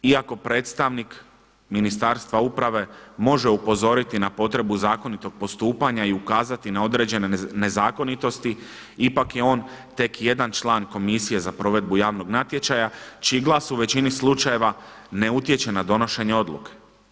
Iako predstavnik Ministarstva uprave može upozoriti na potrebu zakonitog postupanja i ukazati na određene nezakonitosti, ipak je on tek jedan član komisije za provedbu javnog natječaja čiji glas u većini slučajeva ne utječe na donošenje odluke.